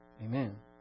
Amen